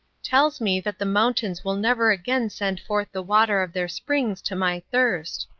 tells me that the mountains will never again send forth the water of their springs to my thirst.